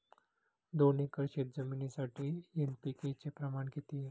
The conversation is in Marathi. दोन एकर शेतजमिनीसाठी एन.पी.के चे प्रमाण किती आहे?